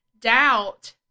doubt